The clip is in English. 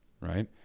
right